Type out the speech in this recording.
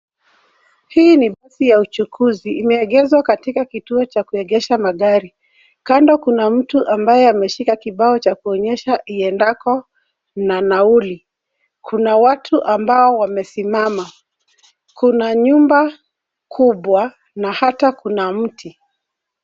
Hii ni basi ya uchukuzi, imeegeshwa katika kituo cha kuegesha magari. Kando kuna mtu ambaye ameshika kibao cha kuonyesha iendako, na nauli. Kuna watu ambao wamesimama, kuna nyumba kubwa, na hata kuna mti.